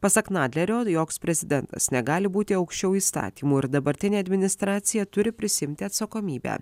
pasak nadlerio joks prezidentas negali būti aukščiau įstatymų ir dabartinė administracija turi prisiimti atsakomybę